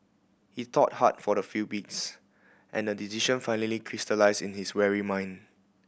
he thought hard for the few beats and a decision finally crystallised in his weary mind